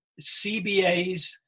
CBAs